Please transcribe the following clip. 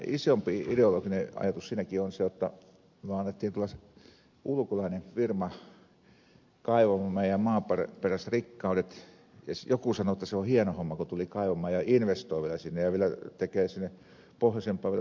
isompi ideologinen ajatus siinäkin on se jotta me annoimme tuollaisen ulkomaisen firman kaivaa meidän maaperästämme rikkaudet ja joku sanoi jotta se on hieno homma kun tulivat kaivamaan ja investoivat sinne ja tekevät pohjoisempaan vielä toisenkin kaivoksen